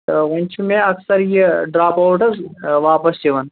تہٕ وٕنۍ چھِ مےٚ اَکثر یہِ ڈراپ آوُٹ حظ واپَس یِوان